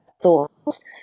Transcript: Thoughts